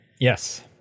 Yes